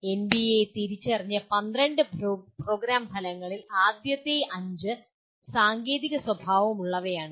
NBA തിരിച്ചറിഞ്ഞ 12 programme ഫലങ്ങളിൽ ആദ്യത്തെ 5 സാങ്കേതിക സ്വഭാവമുള്ളവയാണ്